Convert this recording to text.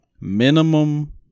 minimum